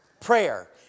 Prayer